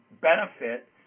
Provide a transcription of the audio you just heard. benefit